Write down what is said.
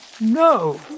no